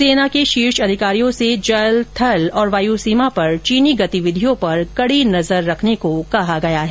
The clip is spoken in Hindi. सेना के शीर्ष अधिकारियों से जल थल और वायु सीमा पर चीनी गतिवधियों पर कड़ी नजर रखने को कहा गया है